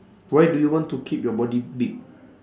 why do you want to keep your body big